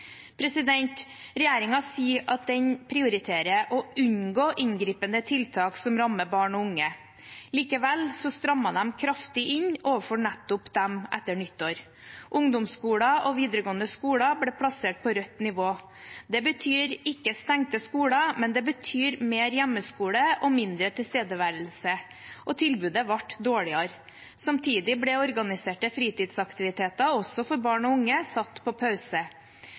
sier at den prioriterer å unngå inngripende tiltak som rammer barn og unge. Likevel strammet de kraftig inn overfor nettopp dem etter nyttår. Ungdomsskoler og videregående skoler ble plassert på rødt nivå. Det betyr ikke stengte skoler, men det betyr mer hjemmeskole og mindre tilstedeværelse. Tilbudet ble dårligere. Samtidig ble organiserte fritidsaktiviteter også for barn og unge satt på pause.